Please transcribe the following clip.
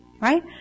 Right